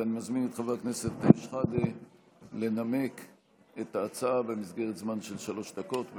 ואני מזמין את חבר הכנסת שחאדה לנמק את ההצעה במסגרת זמן של שלוש דקות.